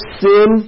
sin